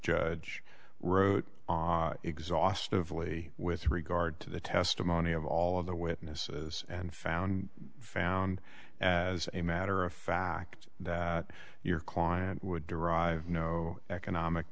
judge wrote exhaustive lee with regard to the testimony of all of the witnesses and found found as a matter of fact that your client would derive no economic